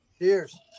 Cheers